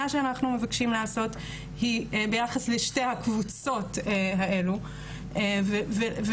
שאנחנו מבקשים לעשות היא ביחס לשתי הקבוצות האלו והיא